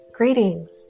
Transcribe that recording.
Greetings